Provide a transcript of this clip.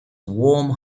warm